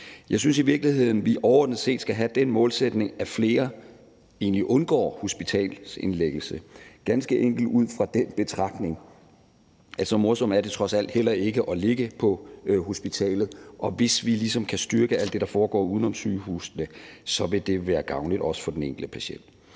Jeg synes i virkeligheden, at vi overordnet set skal have den målsætning, at flere egentlig undgår hospitalsindlæggelse, ganske enkelt ud fra den betragtning, at så morsomt er det trods alt heller ikke at ligge på hospitalet, og hvis vi ligesom kan styrke alt det, der foregår uden om sygehusene, så vil det være gavnligt også for den enkelte patient.